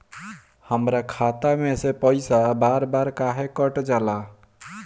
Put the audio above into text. हमरा खाता में से पइसा बार बार काहे कट जाला?